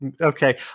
okay